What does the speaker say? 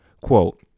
quote